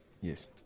Yes